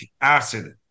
acid